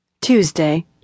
Tuesday